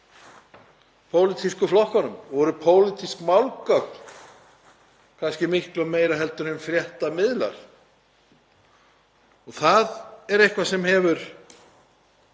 pólitísku flokkunum og voru pólitísk málgögn kannski miklu frekar en fréttamiðlar. Það er eitthvað sem hefur